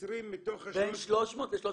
320 מתוך ה --- בין 300 ל-320.